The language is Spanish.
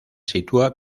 sitúa